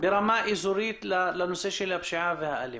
ברמה אזורית לנושא הפשיעה והאלימות?